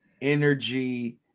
Energy